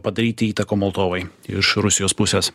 padaryti įtaką moldovai iš rusijos pusės